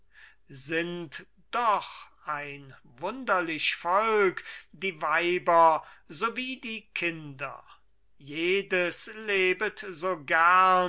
sind doch ein wunderlich volk die weiber so wie die kinder jedes lebet so